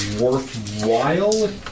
worthwhile